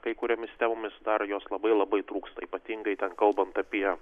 kai kuriomis temomis dar jos labai labai trūksta ypatingai kalbant apie